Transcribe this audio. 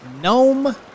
Gnome